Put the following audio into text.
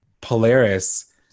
Polaris